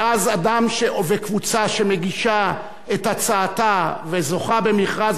ואז אדם וקבוצה שמגישים את הצעתם וזוכים במכרז